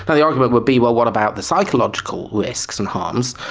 ah the argument would be, well, what about the psychological risks and harms.